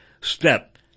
step